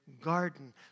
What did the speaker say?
garden